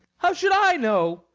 how should i know?